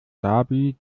dhabi